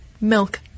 Milk